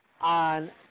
on